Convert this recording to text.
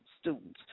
students